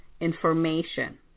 information